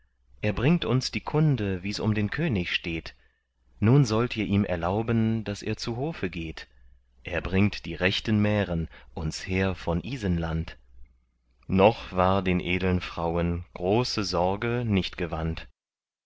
er bringt uns die kunde wie's um den könig steht nun sollt ihr ihm erlauben daß er zu hofe geht er bringt die rechten mären uns her von isenland noch war den edeln frauen große sorge nicht gewandt